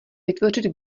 vytvořit